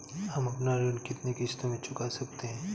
हम अपना ऋण कितनी किश्तों में चुका सकते हैं?